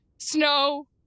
Snow